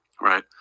right